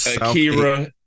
Akira